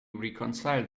reconcile